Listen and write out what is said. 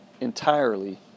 entirely